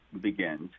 begins